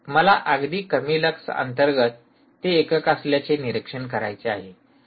मला अगदी कमी लक्स अंतर्गत ते एकक असल्याचे निरीक्षण करायचे आहे